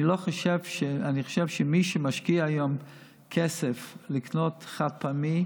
אני חושב שמי שמשקיע היום כסף בלקנות חד-פעמי,